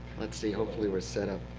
let's see, hopefully we're set up.